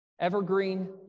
Evergreen